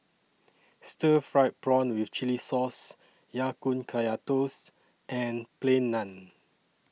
Stir Fried Prawn with Chili Sauce Ya Kun Kaya Toast and Plain Naan